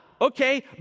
Okay